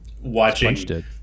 watching